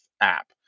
app